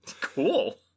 Cool